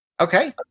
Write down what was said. Okay